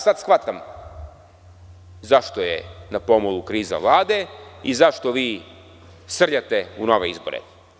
Sada shvatam zašto je na pomolu kriza Vlade i zašto vi srljate u nove izbore.